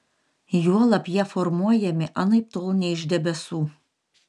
juolab jie formuojami anaiptol ne iš debesų